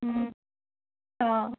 অঁ